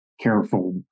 careful